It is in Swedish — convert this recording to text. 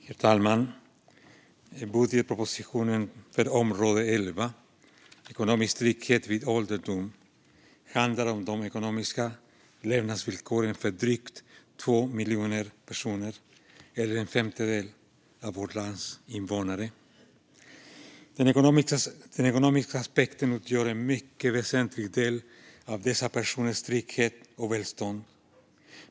Herr talman! Utgiftsområde 11 Ekonomisk trygghet vid ålderdom i budgetpropositionen handlar om de ekonomiska levnadsvillkoren för drygt 2 miljoner personer eller en femtedel av vårt lands invånare. Den ekonomiska aspekten utgör en mycket väsentlig del av dessa personers trygghet och välstånd.